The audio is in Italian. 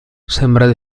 sembra